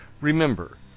remember